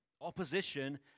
Opposition